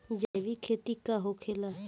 जैविक खेती का होखेला?